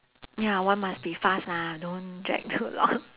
ya want must be fast lah don't drag too long